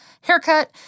haircut